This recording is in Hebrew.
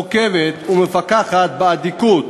עוקבת, ומפקחת, באדיקות